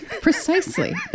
Precisely